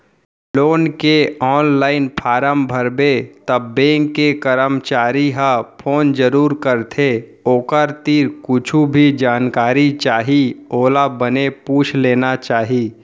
loan के online form भरबे त बेंक के करमचारी ह फोन जरूर करथे ओखर तीर कुछु भी जानकारी चाही ओला बने पूछ लेना चाही